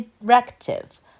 directive